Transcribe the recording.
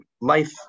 life